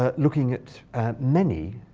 ah looking at at many,